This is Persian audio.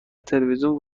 تلویزیون